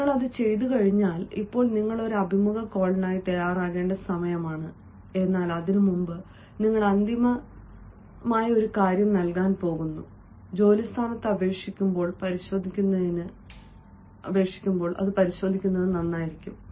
നിങ്ങൾ അത് ചെയ്തുകഴിഞ്ഞാൽ ഇപ്പോൾ നിങ്ങൾ ഒരു അഭിമുഖ കോളിനായി തയ്യാറാകേണ്ട സമയമാണ് എന്നാൽ അതിനുമുമ്പ് നിങ്ങൾ അന്തിമ സ്പർശം നൽകാൻ പോകുന്നു ജോലി സ്ഥാനത്തേക്ക് അപേക്ഷിക്കുമ്പോൾ പരിശോധിക്കുന്നത് നന്നായിരിക്കും